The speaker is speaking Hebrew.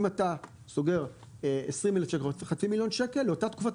אם אתה סוגר 20,000 שקל או חצי מיליון שקל לאותה תקופה,